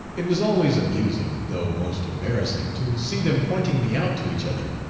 it was always amusing, though most embarrassing, to see them pointing me out to each other,